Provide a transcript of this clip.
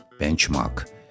benchmark